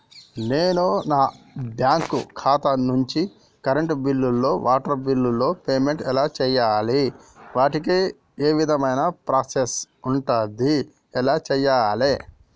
నేను నా బ్యాంకు ఖాతా నుంచి కరెంట్ బిల్లో వాటర్ బిల్లో పేమెంట్ ఎలా చేయాలి? వాటికి ఏ విధమైన ప్రాసెస్ ఉంటది? ఎలా చేయాలే?